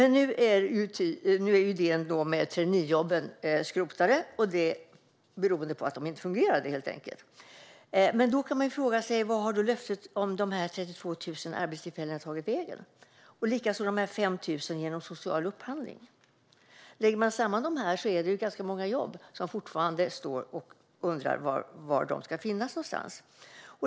Nu är traineejobben skrotade, och det beror helt enkelt på att de inte fungerade. Men då kan man ju fråga sig vart löftet om de här 32 000 arbetstillfällena har tagit vägen. Samma sak gäller de 5 000 jobben inom social upphandling. Lägger man samman detta är det ganska många jobb som fortfarande står och undrar var de ska finnas.